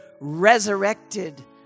Resurrected